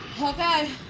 Okay